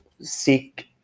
seek